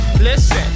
listen